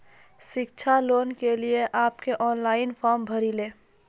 शिक्षा लोन के लिए आप के ऑनलाइन फॉर्म भरी ले?